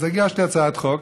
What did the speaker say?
אז הגשתי הצעת חוק,